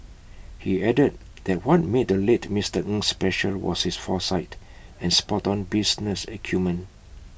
he added that what made the late Mister Ng special was his foresight and spoton business acumen